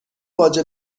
باجه